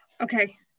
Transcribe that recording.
Okay